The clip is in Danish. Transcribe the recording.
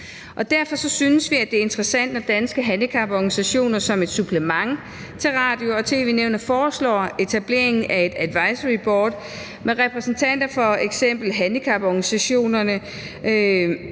Derfor synes vi, at det er interessant, at Danske Handicaporganisationer som et supplement til Radio- og tv-nævnet foreslår etableringen af et advisoryboard med repræsentanter for eksempelvis handicaporganisationerne,